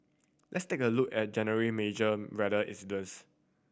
let's take a look at January major weather incidents